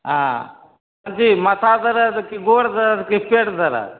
आ कथी माथा दरद की गोर दरद की पेट दरद